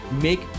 make